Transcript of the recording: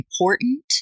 important